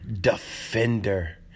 defender